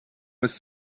was